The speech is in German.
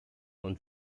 und